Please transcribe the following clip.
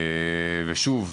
שוב,